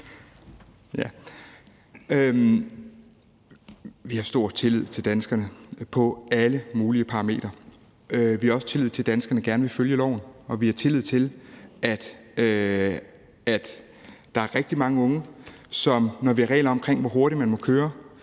Vi har stor tillid til danskerne på alle mulige parametre. Vi har også tillid til, at danskerne gerne vil følge loven, og vi har tillid til, at der er rigtig mange unge, som, når vi har regler om, hvor hurtigt man må køre,